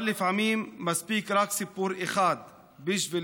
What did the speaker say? אבל לפעמים מספיק רק סיפור אחד בשביל